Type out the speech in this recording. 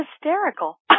hysterical